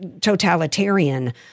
totalitarian